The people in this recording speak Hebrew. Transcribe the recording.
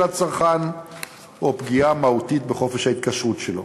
הצרכן או פגיעה מהותית בחופש ההתקשרות שלו.